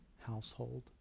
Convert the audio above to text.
household